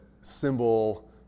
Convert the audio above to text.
symbol